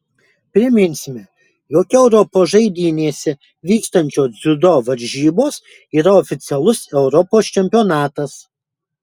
priminsime jog europos žaidynėse vykstančios dziudo varžybos yra oficialus europos čempionatas